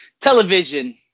television